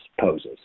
poses